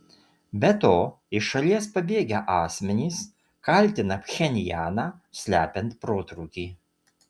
be to iš šalies pabėgę asmenys kaltina pchenjaną slepiant protrūkį